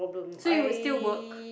so you would still work